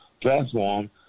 platform